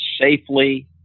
safely